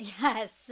Yes